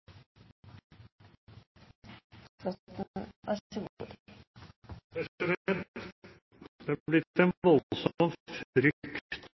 godt det er blitt